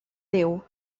déu